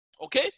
okay